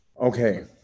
Okay